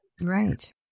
Right